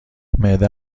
معده